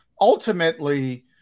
Ultimately